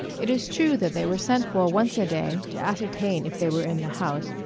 it is true that they were sent for once a day, to ascertain if they were in the house,